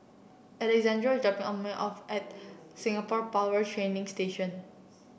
Alexandro is dropping me off at Singapore Power Training Station